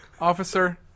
Officer